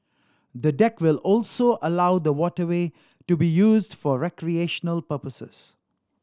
the deck will also allow the waterway to be used for recreational purposes